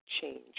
change